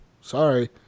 sorry